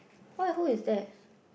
what who is that